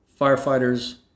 firefighters